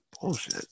bullshit